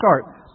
start